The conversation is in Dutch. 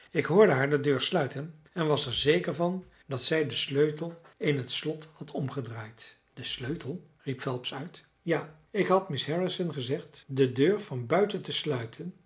ik hoorde haar de deur sluiten en was er zeker van dat zij den sleutel in het slot had omgedraaid den sleutel riep phelps uit ja ik had miss harrison gezegd de deur van buiten te sluiten